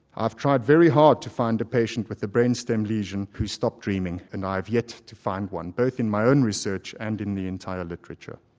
i've tried very hard to find a patient with a brain stem lesion who stopped dreaming, and i've yet to find one, both in my own research and in the entire literature.